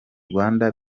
rwanda